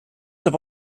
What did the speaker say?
have